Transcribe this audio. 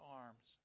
arms